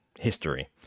history